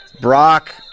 Brock